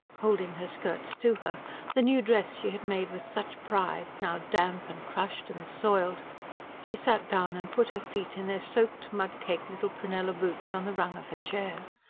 holding her skirts to her the new dress she had made with such pride, now damp, and crushed, and soiled she sat down and put her feet, in their soaked, mud-caked, little prunella boots, on the rung of her chair,